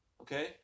Okay